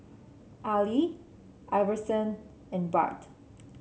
Ali Iverson and Bart